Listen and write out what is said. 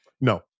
No